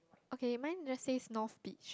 okay mine just says north beach